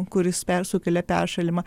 kuris persukelia peršalimą